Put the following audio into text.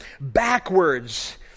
backwards